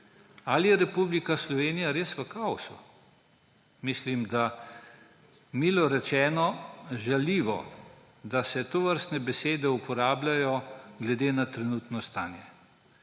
Ali je Republika Slovenija res v kaosu? Mislim, da je milo rečeno žaljivo, da se tovrstne besede uporabljajo glede na trenutno stanje.